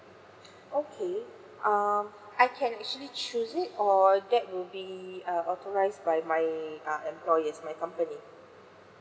okay um I can actually choose it or that will be uh authorise by my uh employers my company